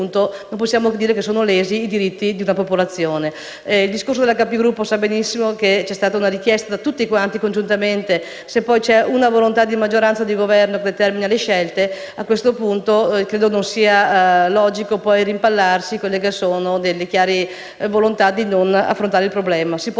punto possiamo dire che sono lesi i diritti di una popolazione. Rispetto al discorso della Capigruppo, sa benissimo che c'è stata una richiesta congiunta; se poi c'è una volontà di maggioranza e di Governo che determina le scelte, credo non sia logico poi rimpallarsi quelle che sono chiare volontà di non affrontare il problema.